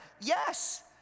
Yes